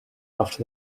after